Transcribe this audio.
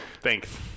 Thanks